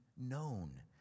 known